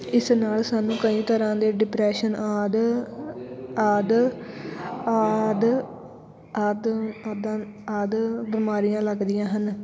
ਇਸ ਨਾਲ ਸਾਨੂੰ ਕਈ ਤਰ੍ਹਾਂ ਦੇ ਡਿਪਰੈਸ਼ਨ ਆਦਿ ਆਦਿ ਆਦਿ ਆਦਿ ਅਦਾ ਆਦਿ ਬਿਮਾਰੀਆਂ ਲੱਗਦੀਆਂ ਹਨ